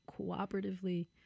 cooperatively